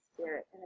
Spirit